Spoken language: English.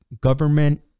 government